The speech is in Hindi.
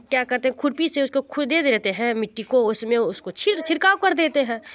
क्या करते हैं खुर्पी से उस को खुदे देते हैं मिट्टी को उसमें उसको छिड़काव कर देते हैं